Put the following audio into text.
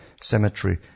Cemetery